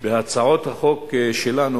בהצעות החוק שלנו,